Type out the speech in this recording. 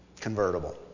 convertible